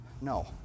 No